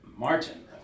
Martin